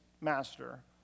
master